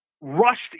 rushed